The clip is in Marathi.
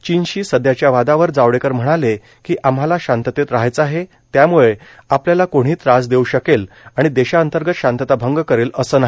चीनशी सध्याच्या वादावर जावडेकर म्हणाले की आम्हाला शांततेत राहायचं आहे त्याम्ळं आपल्याला कोणीही त्रास देऊ शकेल आणि देशांतर्गत शांतता भंग करेल असं नाही